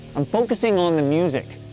i'm focusing on the music,